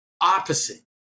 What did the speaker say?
opposite